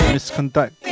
misconduct